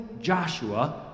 Joshua